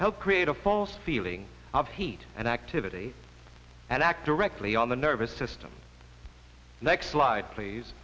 help create a false feeling of heat and activity and act directly on the nervous system next slide please